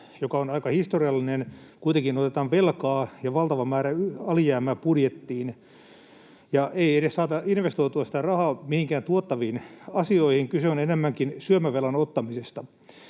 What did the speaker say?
joka on aika historiallinen, otetaan kuitenkin velkaa ja valtava määrä alijäämää budjettiin, ja ei edes saada investoitua sitä rahaa mihinkään tuottaviin asioihin — kyse on enemmänkin syömävelan ottamisesta.